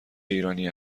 ایرانی